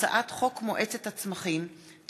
הצעת חוק הבטחת הכנסה (תיקון,